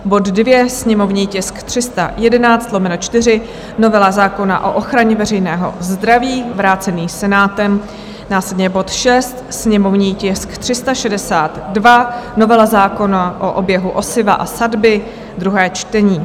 bod 2, sněmovní tisk 311/4, novela zákona o ochraně veřejného zdraví, vrácený Senátem; následně bod 6, sněmovní tisk 362, novela zákona o oběhu osiva a sadby, druhé čtení.